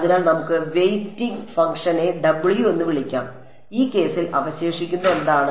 അതിനാൽ നമുക്ക് വെയ്റ്റിംഗ് ഫംഗ്ഷനെ w എന്ന് വിളിക്കാം ഈ കേസിൽ അവശേഷിക്കുന്നത് എന്താണ്